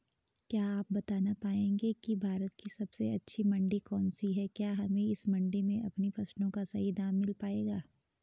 क्या आप बताना पाएंगे कि भारत की सबसे अच्छी मंडी कौन सी है क्या हमें इस मंडी में अपनी फसलों का सही दाम मिल पायेगा?